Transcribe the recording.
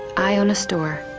i own a store.